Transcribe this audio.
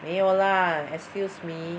没有 lah excuse me